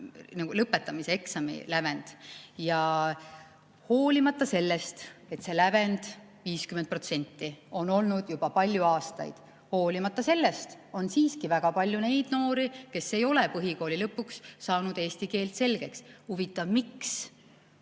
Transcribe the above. lõpetamise eksami lävend. Hoolimata sellest, et see lävend 50% on olnud juba palju aastaid, on siiski väga palju neid noori, kes ei ole põhikooli lõpuks saanud eesti keelt selgeks. Huvitav, miks?